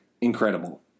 incredible